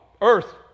earth